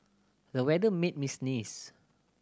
the weather made me sneeze